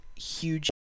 huge